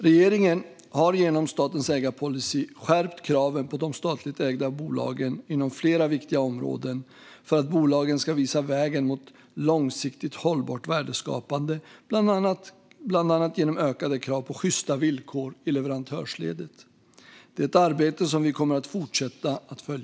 Regeringen har genom statens ägarpolicy skärpt kraven på de statligt ägda bolagen inom flera viktiga områden för att bolagen ska visa vägen mot långsiktigt hållbart värdeskapande, bland annat genom ökade krav på sjysta villkor i leverantörsledet. Det är ett arbete som vi kommer att fortsätta att följa.